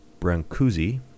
Brancusi